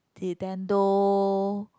Nintendo